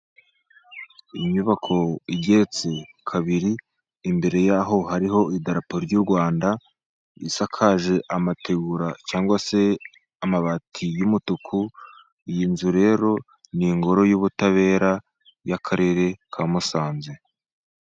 Inyubako igeretse kabiri, imbere yaho hariho idarapo ry' u Rwanda, isakaje amategura cyangwa se amabati y'umutuku, iyi nzu rero ni ingoro y'ubutabera y'Akarere ka Musanze.